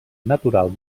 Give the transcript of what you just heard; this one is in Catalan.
natural